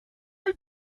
ein